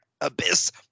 Abyss